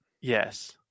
Yes